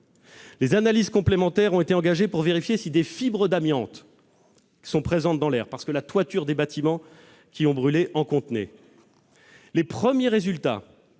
Des analyses complémentaires ont été engagées pour vérifier si des fibres d'amiante sont présentes dans l'air, parce que la toiture des bâtiments qui ont brûlé en contenait. Les premiers résultats,